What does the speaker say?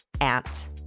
Ant